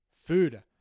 Food